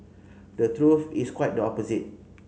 the truth is quite the opposite